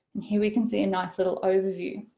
here we can see a nice little overview.